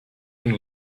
been